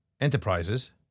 Enterprises